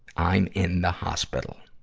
i'm in the hospital.